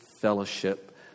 fellowship